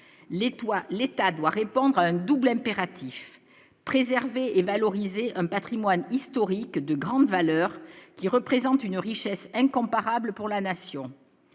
l'État doit répondre à un double impératif préserver et valoriser un Patrimoine historique de grande valeur qui représentent une richesse incomparable pour la nation,